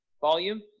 volume